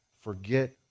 forget